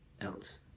else